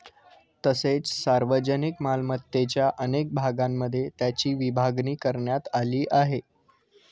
तसेच सार्वजनिक मालमत्तेच्या अनेक भागांमध्ये त्याची विभागणी करण्यात आली आहे